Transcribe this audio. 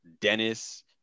Dennis